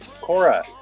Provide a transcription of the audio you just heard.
Cora